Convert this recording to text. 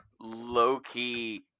low-key